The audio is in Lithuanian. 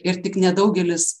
ir tik nedaugelis